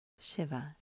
Shiva